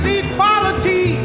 equality